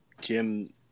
Jim